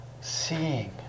seeing